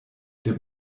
der